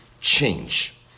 change